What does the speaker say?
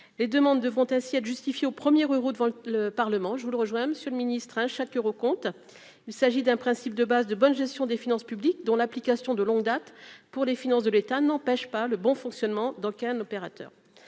les demandes devront ainsi être au premier euros devant le Parlement, je vous le rejoint, Monsieur le Ministre, hein, chaque Euro compte, il s'agit d'un principe de base de bonne gestion des finances publiques dont l'application de longue date pour les finances de l'État n'empêche pas le bon fonctionnement dans quel opérateur